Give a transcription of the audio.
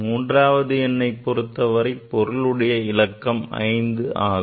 மூன்றாவது எண்ணை பொருத்தவரை பொருளுடைய இலக்கம் 5 ஆகும்